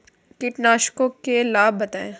कीटनाशकों के लाभ बताएँ?